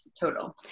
total